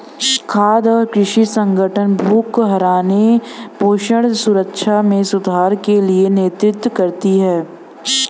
खाद्य और कृषि संगठन भूख को हराने पोषण सुरक्षा में सुधार के लिए नेतृत्व करती है